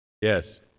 Yes